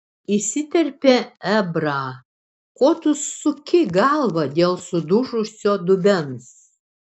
įsiterpė ebrą ko tu suki galvą dėl sudužusio dubens